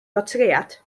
bortread